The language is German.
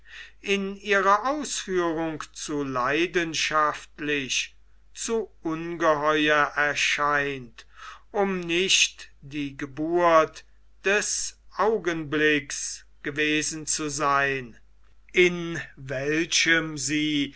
in ihrer ausführung zu leidenschaftlich zu ungeheuer erscheint um nicht die geburt des augenblicks gewesen zu sein in welchem sie